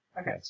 Okay